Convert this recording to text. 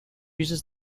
uses